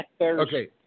Okay